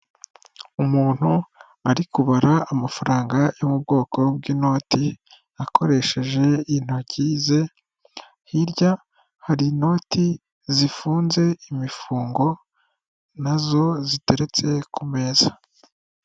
Umuntu ari kubara amafaranga yo mu bwoko bw'inoti, akoresheje intoki ze, hirya hari inoti zifunze imifungo, na zo ziteretse ku meza.